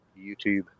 YouTube